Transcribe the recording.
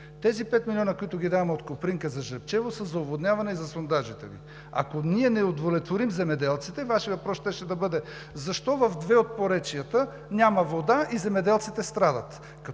Тези пет милиона, които даваме от „Копринка“ за „Жребчево“, са за оводняване и за сондажите. Ако ние не удовлетворим земеделците, Вашият въпрос щеше да бъде: защо в две от поречията няма вода и земеделците страдат?